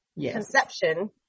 conception